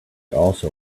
also